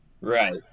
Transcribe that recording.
Right